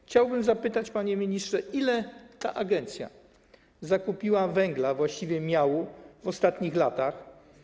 Chciałbym zapytać, panie ministrze: Ile ta agencja zakupiła węgla, a właściwie miału w ostatnich latach?